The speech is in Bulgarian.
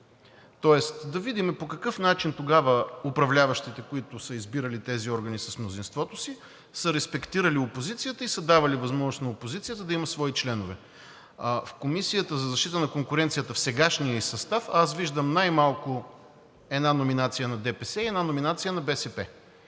Тоест да видим по какъв начин тогава управляващите, които са избирали тези органи с мнозинството си, са респектирали опозицията и са давали възможност на опозицията да има свои членове. В Комисията за защита на конкуренцията в сегашния ѝ състав аз виждам най-малко една номинация на ДПС и една номинация на БСП,